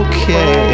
Okay